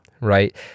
right